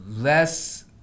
Less